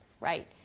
right